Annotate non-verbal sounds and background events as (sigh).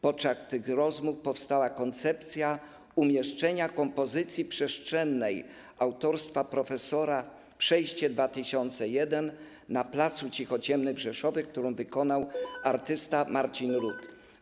Podczas tych rozmów powstała koncepcja umieszczenia kompozycji przestrzennej autorstwa profesora ˝Przejście 2001˝ na pl. Cichociemnych w Rzeszowie, którą wykonał artysta Marcin Rut (noise)